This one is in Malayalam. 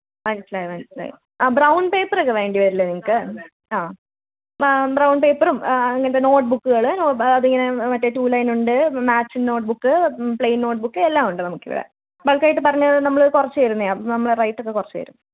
മനസിലായി മനസിലായി ആ ബ്രൗണ് പേപ്പറെക്കെ വേണ്ടി വരില്ലേ നിങ്ങക്ക് ആ ബ്രൗണ് പേപ്പറും അങ്ങനെത്തെ നോട്ട്ബുക്ക്കൾ അതിങ്ങനെ മറ്റേ ടൂ ലൈന് ഉണ്ട് മാച്ചിങ് നോട്ട്ബുക്ക് പ്ലേയ്ന് നോട്ട്ബുക്ക് എല്ലാം ഉണ്ട് നമുക്ക് ഇവിടെ ബള്ക്ക് ആയിട്ട് പറഞ്ഞാൽ നമ്മൾ കുറച്ച് തരുന്നെയാ അപ്പം നമ്മൾ റേയ്റ്റ് ഒക്കെ കുറച്ച് തരും